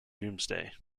doomsday